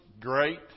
great